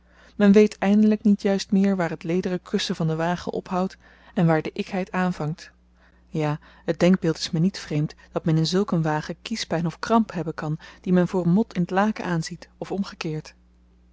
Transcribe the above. men weet eindelyk niet juist meer waar t lederen kussen van den wagen ophoudt en waar de ikheid aanvangt ja het denkbeeld is me niet vreemd dat men in zulk een wagen kiespyn of kramp hebben kan die men voor mot in t laken aanziet of omgekeerd